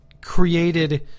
created